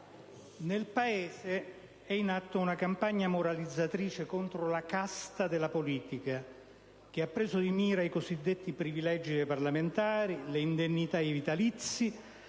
nel Paese è in atto una campagna «moralizzatrice» contro la «casta della politica», che ha preso di mira i cosiddetti privilegi dei parlamentari, le indennità ed i vitalizi,